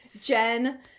Jen